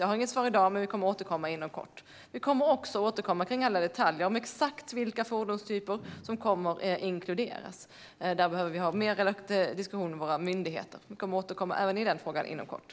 Jag har inget svar i dag, men regeringen återkommer inom kort. Vi kommer också att återkomma med detaljer om exakt vilka fordonstyper som kommer att inkluderas. Vi behöver diskutera mer med våra myndigheter. Vi återkommer även i den frågan inom kort.